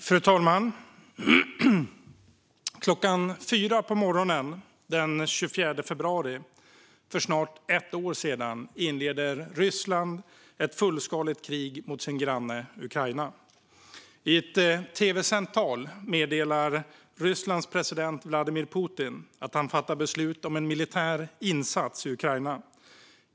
Fru talman! Klockan 4 den 24 februari, för snart ett år sedan, inledde Ryssland ett fullskaligt krig mot sin granne Ukraina. I ett tv-sänt tal meddelade Rysslands president Vladimir Putin att han fattat beslut om en militär insats i Ukraina.